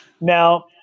Now